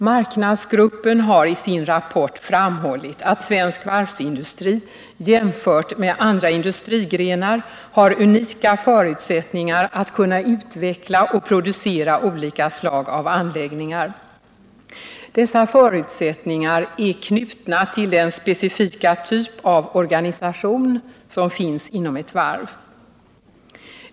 Marknadsgruppen har i sin rapport framhållit att svensk varvsindustri jämfört med andra industrigrenar har unika förutsättningar att kunna utveckla och producera olika slag av anläggningar. Dessa förutsättningar är knutna till den specifika typ av organisation som finns inom ett varv.